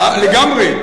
לגמרי,